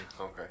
Okay